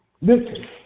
Listen